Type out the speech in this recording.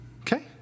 okay